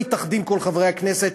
מתאחדים כל חברי הכנסת,